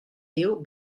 diu